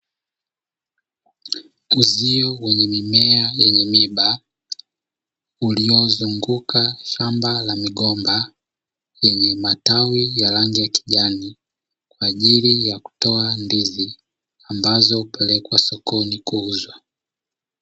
Uzio wenye mimea yenye miiba, uliozunguka shamba la migomba yenye matawi ya rangi ya kijani, kwa ajili ya kutoa ndizi ambazo hupelekwa sokoni kuuzwa.